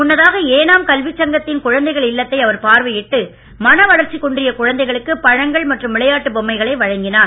முன்னதாக ஏனாம் கல்விச் சங்கத்தின் குழந்தைகள் இல்லத்தை அவர் பார்வையிட்டு மனவளர்ச்சி குன்றிய குழந்தைகளுக்கு பழங்கள் மற்றும் விளையாட்டு பொம்மைகளை வழங்கினார்